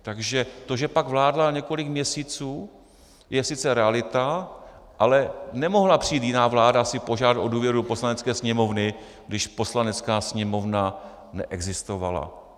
Takže to, že pak vládla několik měsíců, je sice realita, ale nemohla přijít jiná vláda si požádat o důvěru Poslanecké sněmovny, když Poslanecká sněmovna neexistovala.